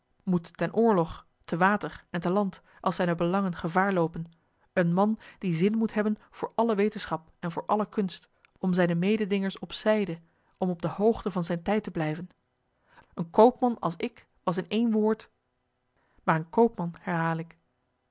moed ten oorlog te water en te land als zijne belangen gevaar loopen een man die zin moet hebben voor alle wetenschap en voor alle kunst om zijne mededingers op zijde om op de hoogte van zijn tijd te blijven een koopman als ik was in één woord m a a r een koopman herhaal ik